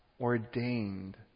ordained